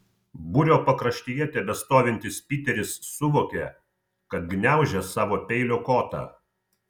būrio pakraštyje tebestovintis piteris suvokė kad gniaužia savo peilio kotą